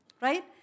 right